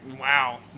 wow